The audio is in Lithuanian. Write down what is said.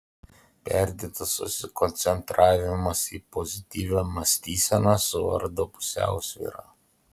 perdėtas susikoncentravimas į pozityvią mąstyseną suardo pusiausvyrą